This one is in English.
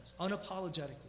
unapologetically